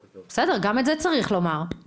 בסדר, גם את זה צריך לומר.